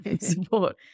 support